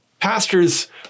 Pastors